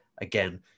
again